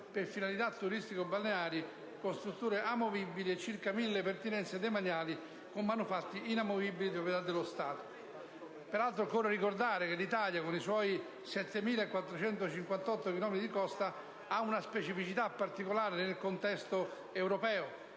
per finalità turistico-balneari con strutture amovibili e circa 1.000 pertinenze demaniali o manufatti inamovibili di proprietà dello Stato. Peraltro, occorre ricordare che l'Italia, con i suoi 7.458 chilometri di costa, ha una specificità particolare nel contesto europeo,